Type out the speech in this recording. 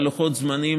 בלוחות זמנים,